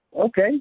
Okay